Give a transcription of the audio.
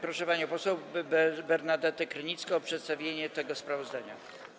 Proszę panią poseł Bernadetę Krynicką o przedstawienie tego sprawozdania.